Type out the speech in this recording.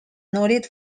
noted